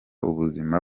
ubuzima